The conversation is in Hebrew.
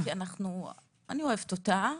כי אני אוהבת אותה,